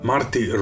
Marty